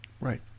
Right